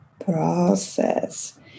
process